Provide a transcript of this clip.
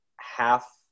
half